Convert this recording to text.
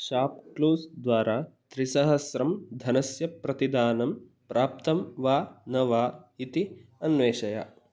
shop क्लूस् द्वारा त्रिसहस्रं धनस्य प्रतिदानं प्राप्तं वा न वा इति अन्वेषय